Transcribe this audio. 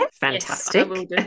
Fantastic